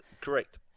Correct